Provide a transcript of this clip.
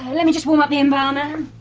let me just warm up the embalmer.